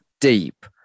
deep